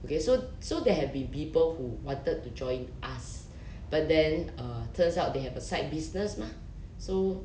okay so so there have been people who wanted to join us but then err turns out they have a side business mah so